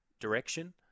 direction